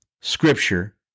scripture